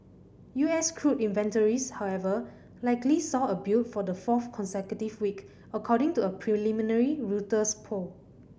U S crude inventories however likely saw a build for the fourth consecutive week according to a preliminary Reuters poll